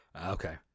Okay